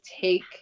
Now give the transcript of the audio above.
take